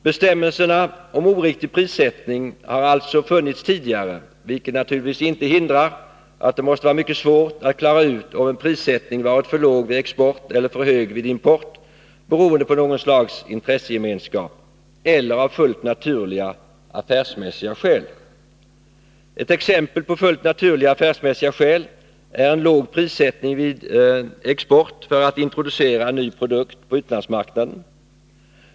Bestämmelserna om oriktig prissättning har alltså funnits tidigare, vilket naturligtvis inte hindrar att det måste vara mycket svårt att klara ut om en prissättning varit för låg vid export eller för hög vid import beroende på något slags intressegemenskap eller av fullt naturliga affärsmässiga skäl. Ett exempel på fullt naturliga affärsmässiga skäl är en låg prissättning vid export för att introducera en ny produkt på utlandsmarknaden.